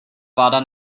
vláda